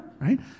right